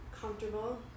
comfortable